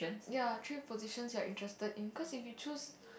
ya three positions you are interested in cause if you choose